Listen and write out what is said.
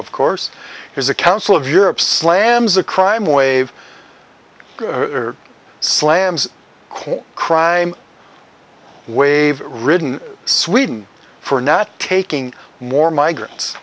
of course there's a council of europe slams a crime wave slams coal crime wave ridden sweden for not taking more migrants